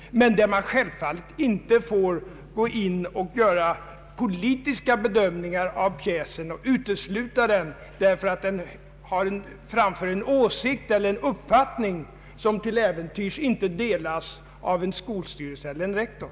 Självfallet får därvidlag inga politiska bedömningar göras beträffande pjäsen, och den får naturligtvis inte stoppas därför att den framför en åsikt som till äventyrs inte delas av en skolstyrelse eller en rektor.